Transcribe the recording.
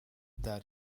that